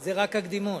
זה רק הקדימון.